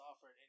offered